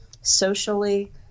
socially